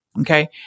Okay